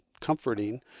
comforting